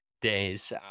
days